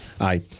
Aye